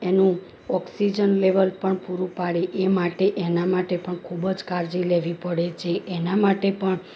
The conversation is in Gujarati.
એનું ઑક્સીજન લેવલ પણ પૂરું પાડે એ માટે એના માટે પણ ખૂબ જ કાળજી લેવી પડે છે એના માટે પણ